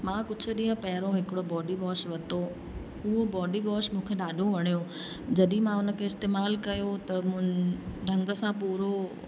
मां कुझु ॾींहं पहिरियों हिकिड़ो बॉडी वॉश वरितो उहो बॉडी वॉश मूंखे ॾाढो वणियो जॾहिं मां उन खे इस्तेमाल कयो त मूं ढंग सां पूरो